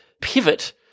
pivot